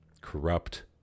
corrupt